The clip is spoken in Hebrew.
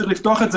צריך לפתוח את זה.